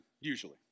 usually